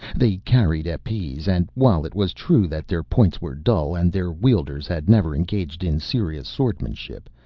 they carried epees and, while it was true that their points were dull and their wielders had never engaged in serious swordsmanship,